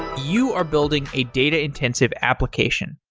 you are building a data-intensive application.